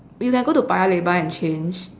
we can go to paya lebar and change